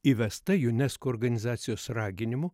įvesta junesko organizacijos raginimu